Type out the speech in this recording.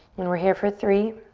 and we're here for three.